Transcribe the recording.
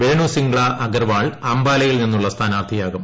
വേണു സിംഗ്ല അഗർവാൾ അംബാലയിൽ നിന്നുള്ള സ്ഥാനാർത്ഥിയാകും